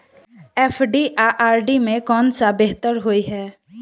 FD आ RD मे केँ सा बेहतर होइ है?